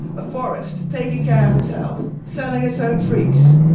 a forest taking care of itself, selling its own trees,